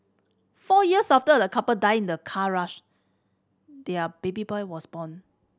four years after a couple died in a car crash their baby boy was born